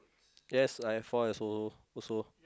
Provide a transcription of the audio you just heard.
yes I have four also also